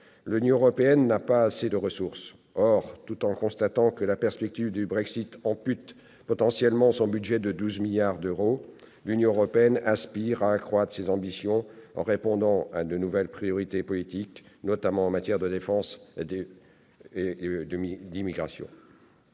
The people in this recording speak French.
l'Union européenne n'a pas assez de ressources. Or, tout en constatant que la perspective du Brexit ampute potentiellement son budget de 12 milliards d'euros, l'Union européenne aspire à accroître ses ambitions en répondant à de nouvelles priorités politiques, notamment en matière de défense ou de migrations.